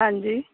ਹਾਂਜੀ